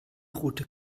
rote